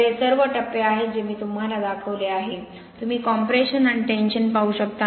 तर हे सर्व टप्पे आहेत जे मी तुम्हाला दाखवले आहे तुम्ही कॉम्प्रेशन आणि टेन्शन पाहू शकता